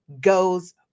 goes